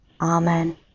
Amen